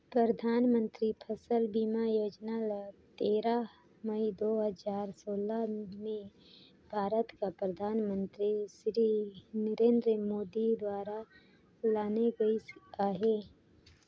परधानमंतरी फसिल बीमा योजना ल तेरा मई दू हजार सोला में भारत कर परधानमंतरी सिरी नरेन्द मोदी दुवारा लानल गइस अहे